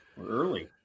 Early